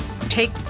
take